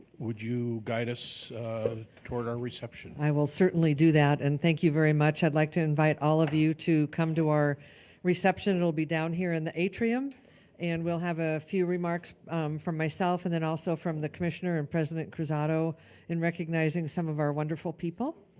would you guide us toward our reception? i will certainly do that and thank you very much. i'd like to invite all of you to come to our reception will be down here in the atrium and we'll have a few remarks from myself and also from the commissioner and president cruzado in recognizing some of our wonderful people.